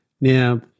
Now